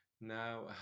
Now